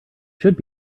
should